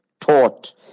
taught